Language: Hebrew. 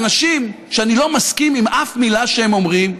מאנשים שאני לא מסכים לאף מילה שהם אומרים,